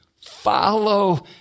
follow